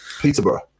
Peterborough